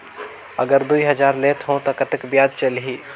अगर दुई हजार लेत हो ता कतेक ब्याज चलही?